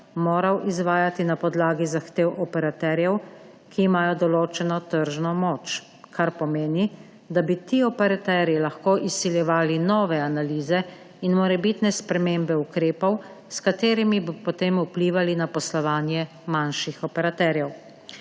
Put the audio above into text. moral izvajati na podlagi zahtev operaterjev, ki imajo določeno tržno moč. To pa pomeni, da bi ti operaterji lahko izsiljevali nove analize in morebitne spremembe ukrepov, s katerimi bi potem vplivali na poslovanje manjših operaterjev.